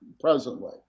presently